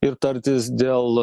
ir tartis dėl